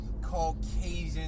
Caucasian